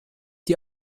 die